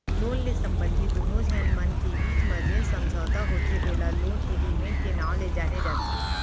loan ले संबंधित दुनो झन मन के बीच म जेन समझौता होथे ओला लोन एगरिमेंट के नांव ले जाने जाथे